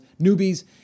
newbies